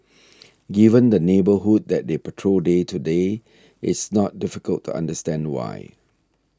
given the neighbourhood that they patrol day to day it's not difficult to understand why